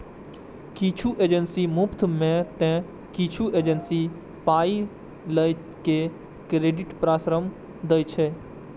किछु एजेंसी मुफ्त मे तं किछु एजेंसी पाइ लए के क्रेडिट परामर्श दै छै